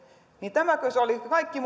tämäkö on kaikki